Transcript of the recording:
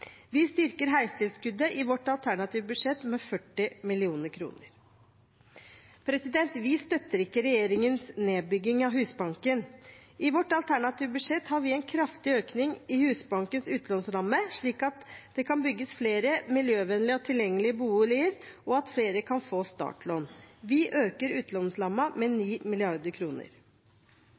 Vi styrker heistilskuddet i vårt alternative budsjett med 40 mill. kr. Vi støtter ikke regjeringens nedbygging av Husbanken. I vårt alternative budsjett har vi en kraftig økning i Husbankens utlånsramme, slik at det kan bygges flere miljøvennlige og tilgjengelige boliger, og at flere kan få startlån. Vi øker utlånsrammen med